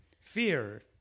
fear